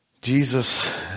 Jesus